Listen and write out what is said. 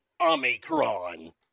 Omicron